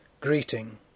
greeting